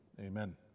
Amen